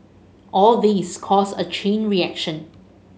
all these cause a chain reaction